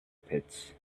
pits